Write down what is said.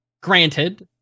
Granted